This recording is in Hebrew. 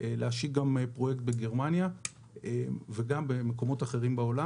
להשיק פרויקט בגרמניה וגם במקומות אחרים בעולם.